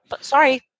Sorry